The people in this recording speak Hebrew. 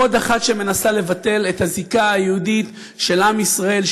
עוד אחת שמנסה לבטל את הזיקה היהודית של עם ישראל,